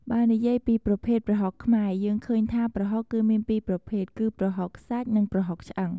បើនិយាយពីប្រភេទប្រហុកខ្មែរ យើងឃើញថាប្រហុកគឺមានពីរប្រភេទ គឺប្រហុកសាច់ និងប្រហុកឆ្អឹង។